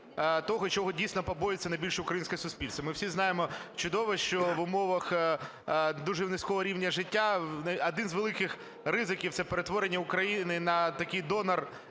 того, чого найбільше побоюється українське суспільство. Ми всі знаємо, чудово, що в умовах дуже низького рівня життя один з великих ризиків - це перетворення України на такий донор,